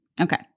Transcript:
Okay